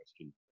question